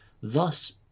thus